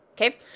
okay